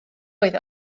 oedd